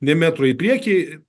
nė metro į priekį